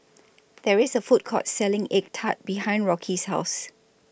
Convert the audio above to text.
There IS A Food Court Selling Egg Tart behind Rocky's House